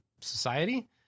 society